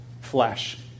flesh